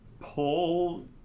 pull